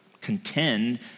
contend